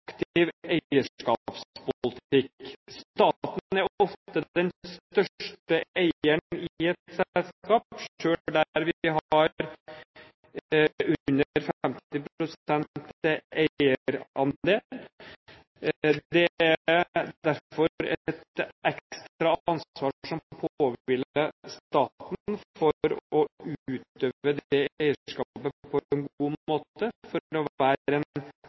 ofte den største eieren i et selskap, selv der vi har under 50 pst. eierandel. Det er derfor et ekstra ansvar som påhviler staten for å utøve det eierskapet på en god måte, for å være